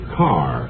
car